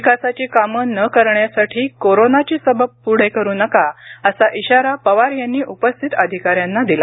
विकासाची कामे न करण्यासाठी कोरोनाची सबब पुढे करू नका असा इशारा पवार यांनी उपस्थित अधिकाऱ्यांना दिला